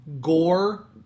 gore